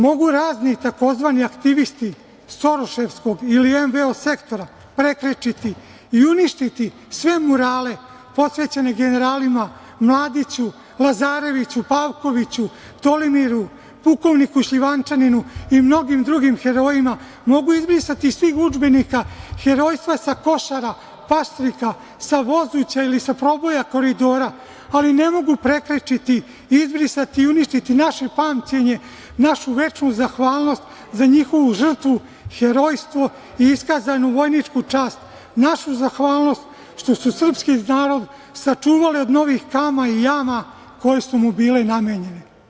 Mogu razni tzv. aktivisti soroševskog ili NVO sektora prekrečiti i uništiti sve murale posvećene generalima Mladiću, Lazareviću, Pavkoviću, Tolimiru, pukovniku Šljivančaninu i mnogim drugim herojima, mogu izbrisati iz svih udžbenika herojstva sa Košara, Paštrika, sa Vozuća ili sa proboja Koridora, ali ne mogu prekrečiti, izbrisati i uništiti naše pamćenje, našu večnu zahvalnost za njihovu žrtvu, herojstvo i iskazanu vojničku čast, našu zahvalnost što su srpski narod sačuvali od novih kama i jama koje su mu bile namenjene.